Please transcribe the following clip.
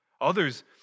others